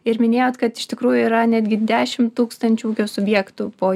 ir minėjot kad iš tikrųjų yra netgi dešimt tūkstančių ūkio subjektų po